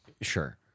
Sure